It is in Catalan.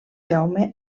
jaume